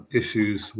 issues